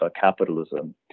capitalism